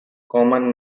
common